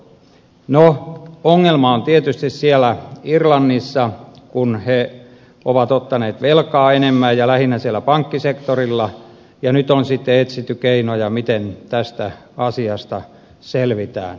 no ongelma on tietysti siellä irlannissa kun he ovat ottaneet velkaa enemmän ja lähinnä siellä pankkisektorilla ja nyt on sitten etsitty keinoja miten tästä asiasta selvitään